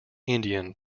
indian